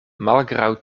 malgraŭ